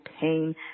pain